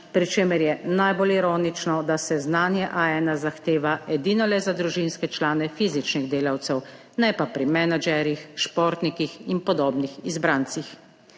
pri čemer je najbolj ironično, da se znanje A1 zahteva edino le za družinske člane fizičnih delavcev, ne pa pri menedžerjih, športnikih in podobnih izbrancih.